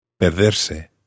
Perderse